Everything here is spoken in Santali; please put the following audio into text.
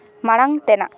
ᱢᱟᱬᱟᱝ ᱛᱮᱱᱟᱜ